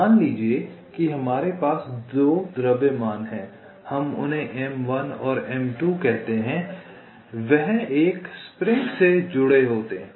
मान लीजिए कि हमारे पास दो द्रव्यमान हैं आइए हम उन्हें m1 और m2 कहते हैं जो एक स्प्रिंग से जुड़े होते हैं